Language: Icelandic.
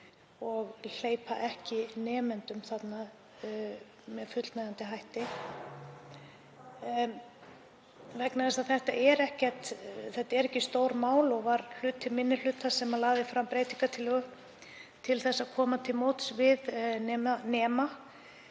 og hleypa ekki nemendum þarna að með fullnægjandi hætti, vegna þess að þetta eru ekki stór mál og lagði hluti minni hlutans fram breytingartillögu til að koma til móts við nema.